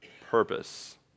purpose